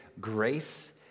grace